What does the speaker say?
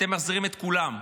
אתם מחזירים את כולם.